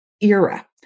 era